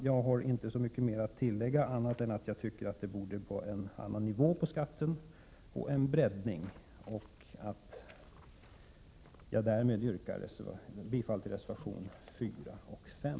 Jag har inte så mycket mer att tillägga annat än att jag tycker att det borde vara en annan nivå på den föreslagna skatten och en bredare bas för den. Därmed yrkar jag bifall till reservationerna 4 och 5.